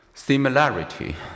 Similarity